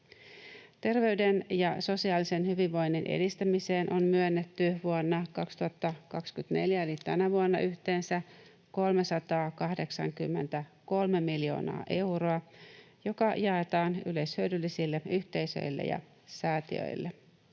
Terveyden ja sosiaalisen hyvinvoinnin edistämiseen on myönnetty vuonna 2024 eli tänä vuonna yhteensä 383 miljoonaa euroa valtionavustusta, joka jaetaan yleishyödyllisille yhteisöille ja säätiöille.